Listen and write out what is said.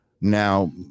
Now